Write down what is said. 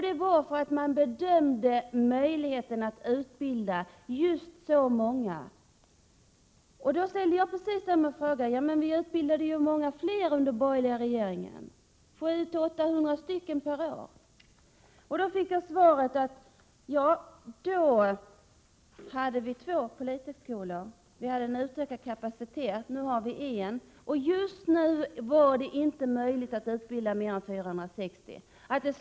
Det var därför att man bedömde att det fanns möjlighet att utbilda just så många. Då frågade jag om precis det som Göran Ericsson tog upp, att vi under den borgerliga perioden utbildade 700-800 poliser per år. Då fick jag svaret: Då hade vi två polishögskolor, och det fanns en utökad kapacitet — nu har vi bara en skola. Man sade att det just nu inte var möjligt att utbilda fler än 460 poliser.